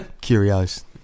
Curious